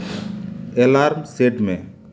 alarm set ᱢᱮ